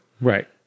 Right